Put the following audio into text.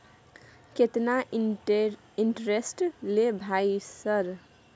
केतना इंटेरेस्ट ले भाई सर?